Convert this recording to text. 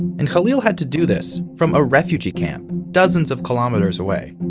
and khalil had to do this from a refugee camp dozens of kilometers away.